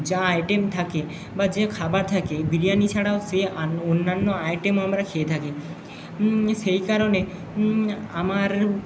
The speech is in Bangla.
যা আইটেম থাকে বা যে খাবার থাকে বিরিয়ানি ছাড়াও সে অন্যান্য আইটেম আমরা খেয়ে থাকি সেই কারণে আমার